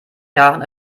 jahren